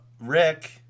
Rick